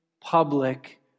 public